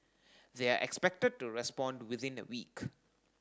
they are expected to respond within a week